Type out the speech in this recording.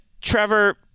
Trevor